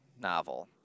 novel